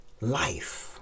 life